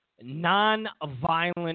non-violent